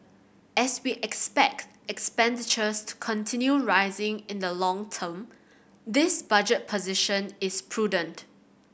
as we expect expenditures to continue rising in the long term this budget position is prudent